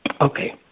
Okay